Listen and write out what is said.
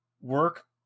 work